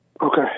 Okay